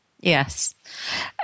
Yes